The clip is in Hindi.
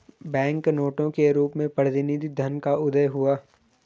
बैंक नोटों के रूप में प्रतिनिधि धन का उदय हुआ